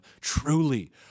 truly